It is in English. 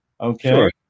Okay